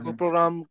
program